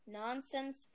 nonsense